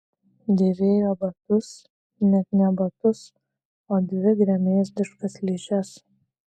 dėvėjo batus net ne batus o dvi gremėzdiškas ližes